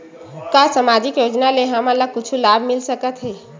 का सामाजिक योजना से हमन ला कुछु लाभ मिल सकत हे?